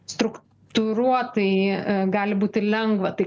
struk tūruotai gali būti lengva tai